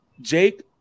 Jake